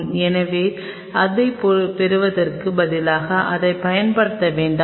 எனவே அதைப் பெறுவதற்குப் பதிலாக அதைப் பயன்படுத்த வேண்டாம்